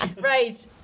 Right